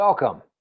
Welcome